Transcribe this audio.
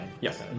Yes